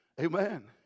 Amen